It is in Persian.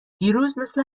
دیروز، مثل